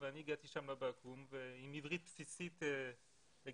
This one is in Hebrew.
אני הגעתי לבקו"ם עם עברית בסיסית לגמרי.